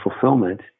fulfillment